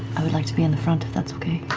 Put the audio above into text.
i would like to be in the front, if that's okay.